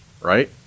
right